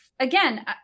Again